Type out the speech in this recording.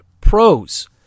pros